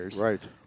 Right